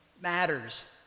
matters